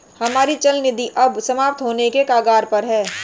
हमारी चल निधि अब समाप्त होने के कगार पर है